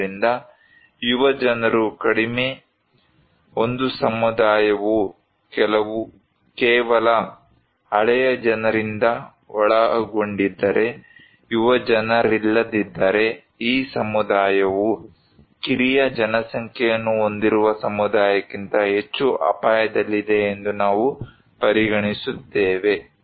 ಆದ್ದರಿಂದ ಯುವಜನರು ಕಡಿಮೆ ಒಂದು ಸಮುದಾಯವು ಕೇವಲ ಹಳೆಯ ಜನರಿಂದ ಒಳಗೊಂಡಿದ್ದರೆ ಯುವಜನರಿಲ್ಲದಿದ್ದರೆ ಈ ಸಮುದಾಯವು ಕಿರಿಯ ಜನಸಂಖ್ಯೆಯನ್ನು ಹೊಂದಿರುವ ಸಮುದಾಯಕ್ಕಿಂತ ಹೆಚ್ಚು ಅಪಾಯದಲ್ಲಿದೆ ಎಂದು ನಾವು ಪರಿಗಣಿಸುತ್ತೇವೆ